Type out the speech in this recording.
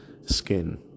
skin